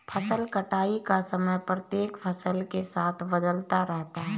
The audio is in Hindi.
फसल कटाई का समय प्रत्येक फसल के साथ बदलता रहता है